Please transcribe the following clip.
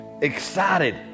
excited